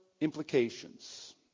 implications